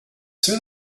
soon